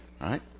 right